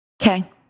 Okay